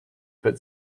but